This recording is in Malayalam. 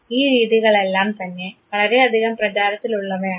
ഈ രീതികളെല്ലാം തന്നെ വളരെയധികം പ്രചാരത്തിലുള്ളവയാണ്